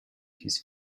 his